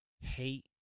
hate